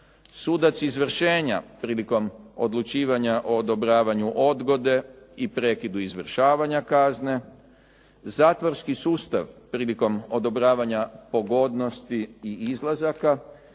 Sudac izvršenja prilikom odlučivanja o odobravanju odgode i prekidu izvršavanja kazne zatvorski sustav prilikom odobravanja pogodnosti i izlazaka,